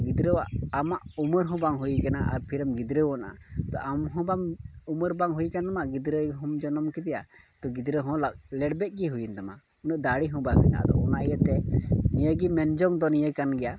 ᱜᱤᱫᱽᱨᱟᱹᱣᱟᱜ ᱟᱢᱟᱜ ᱩᱢᱟᱹᱨ ᱦᱚᱸ ᱵᱟᱝ ᱦᱩᱭ ᱠᱟᱱᱟ ᱟᱨ ᱯᱷᱤᱨᱮᱢ ᱜᱤᱫᱽᱨᱟᱹᱣᱟᱟᱱᱟ ᱛᱚ ᱟᱢ ᱦᱚᱸ ᱩᱢᱟᱹᱨ ᱵᱟᱝ ᱦᱩᱭ ᱠᱟᱱ ᱛᱟᱢᱟ ᱜᱤᱫᱽᱨᱟᱹ ᱦᱚᱸ ᱡᱚᱱᱚᱢ ᱠᱮᱫᱮᱭᱟ ᱛᱚ ᱜᱤᱫᱽᱨᱟᱹ ᱦᱚ ᱞᱮᱲᱵᱮᱡ ᱜᱮᱭ ᱦᱩᱭᱮᱱ ᱛᱟᱢᱟ ᱩᱱᱟᱹᱜ ᱫᱟᱲᱮ ᱦᱚᱸ ᱟᱫᱚ ᱚᱱᱟ ᱤᱭᱟᱹᱛᱮ ᱱᱤᱭᱟᱹ ᱜᱮ ᱢᱮᱱ ᱡᱚᱝ ᱫᱚ ᱱᱤᱭᱟᱹ ᱠᱟᱱ ᱜᱮᱭᱟ